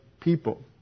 people